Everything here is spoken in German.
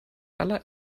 aller